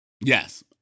yes